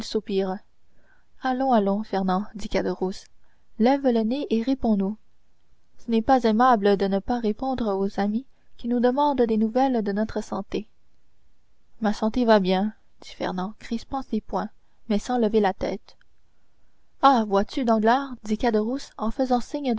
allons allons fernand dit caderousse lève le nez et réponds nous ce n'est pas aimable de ne pas répondre aux amis qui nous demandent des nouvelles de notre santé ma santé va bien dit fernand crispant ses poings mais sans lever la tête ah vois-tu danglars dit caderousse en faisant signe